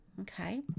Okay